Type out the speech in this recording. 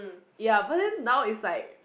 ya but then now is like